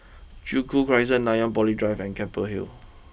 Joo Koon Crescent Nanyang Poly Drive and Keppel Hill